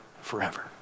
forever